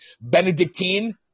Benedictine